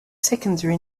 secondary